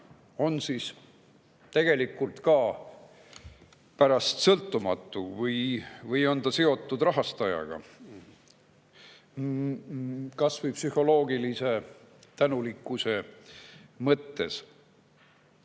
on tegelikult ka sõltumatu või on ta seotud rahastajaga – kas või psühholoogilise tänulikkuse mõttes.